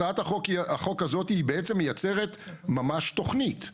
הצעת החוק הזאת היא בעצם מייצרת ממש תכנית.